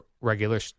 regular